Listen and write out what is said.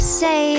say